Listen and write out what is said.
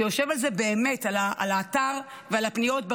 שיושב על האתר ועל הפניות.